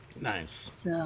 Nice